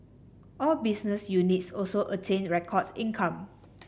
all business units also attained record income